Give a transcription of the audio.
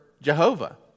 Jehovah